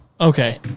Okay